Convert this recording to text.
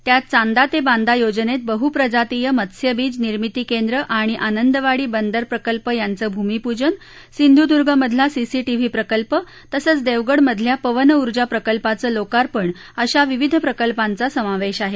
त्यात चांदा ते बांदा योजनेत बहुप्रजातीय मत्स्यबीज निर्मिती केंद्र आणि आनंदवाडी बंदर प्रकल्प यांचं भूमीपूजन सिंधूदुर्गमधला सीसीटीव्ही प्रकल्प तसंच देवगडमधल्या पवन ऊर्जा प्रकल्पाचं लोकार्पण अशा विविध प्रकल्पांचा समावेश आहे